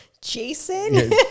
Jason